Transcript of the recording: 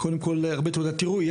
תראו,